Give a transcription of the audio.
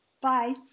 Bye